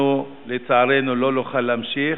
אנחנו, לצערנו, לא נוכל להמשיך.